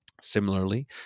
Similarly